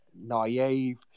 Naive